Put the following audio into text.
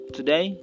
Today